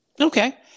Okay